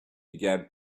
began